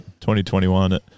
2021